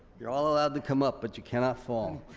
you're all allowed to come up but you cannot fall.